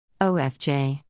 OFJ